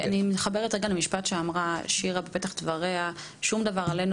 אני מתחברת רגע למשפט שאמרה שירה בפתח דבריה: ״שום דבר אינו עלינו